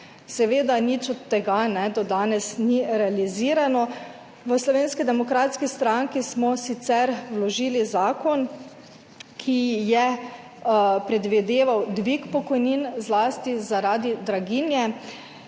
Seveda nič od tega do danes ni realizirano. V Slovenski demokratski stranki smo sicer vložili zakon, ki je predvideval dvig pokojnin zlasti zaradi draginje